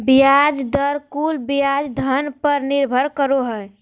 ब्याज दर कुल ब्याज धन पर निर्भर करो हइ